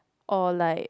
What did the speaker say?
or like